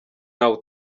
ntawe